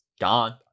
Gone